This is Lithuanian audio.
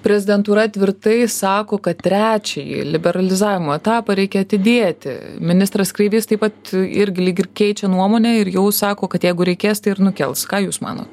prezidentūra tvirtai sako kad trečiąjį liberalizavimo etapą reikia atidėti ministras kreivys taip pat irgi lyg ir keičia nuomonę ir jau sako kad jeigu reikės tai ir nukels ką jūs manot